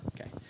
Okay